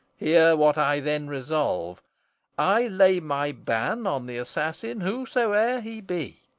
hear what i then resolve i lay my ban on the assassin whosoe'er he be.